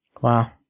Wow